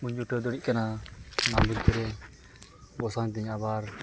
ᱵᱟᱹᱧ ᱡᱩᱴᱟᱹᱣ ᱫᱟᱲᱮᱭᱟᱜ ᱠᱟᱱᱟ ᱚᱱᱟ ᱵᱷᱤᱛᱤᱨᱮ ᱵᱚᱥᱮᱱ ᱛᱤᱧᱟᱹ ᱟᱵᱟᱨ